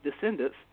descendants